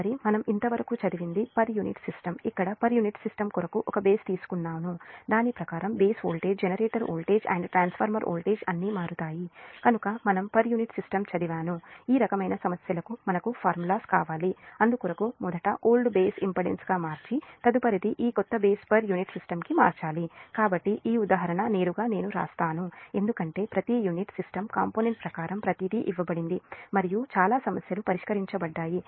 తదుపరి మనం ఇంత వరకు కు చదివింది పర్ యూనిట్ సిస్టం ఇక్కడ పర్ యూనిట్ సిస్టం కొరకు ఒక బేస్ తీసుకున్నాను దాని ప్రకారం base voltage generator voltage and transformer voltage అన్నీ మారుతాయి కనుక మనము పర్ యూనిట్ సిస్టం చదివాను ఈ రకమైన సమస్యలకు మనకు ఫార్ములాస్ కావాలి అందుకొరకు మొదట ఓల్డ్ పాత బేస్ ఇంపెడెన్స్గా మార్చి తదుపరిది ఈ కొత్త బేస్ పర్ యూనిట్ సిస్టం కి మార్చాలి కాబట్టి ఈ ఉదాహరణ నేరుగా నేను వ్రాస్తాను ఎందుకంటే ప్రతి యూనిట్ సిస్టం కాంపోనెంట్ ప్రకారం ప్రతిదీ ఇవ్వబడింది మరియు చాలా సమస్యలు పరిష్కరించబడ్డాయి